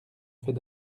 fait